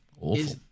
awful